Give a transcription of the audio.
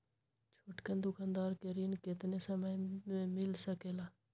छोटकन दुकानदार के ऋण कितने समय मे मिल सकेला?